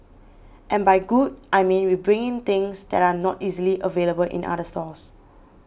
and by good I mean we bring in things that are not easily available in other stores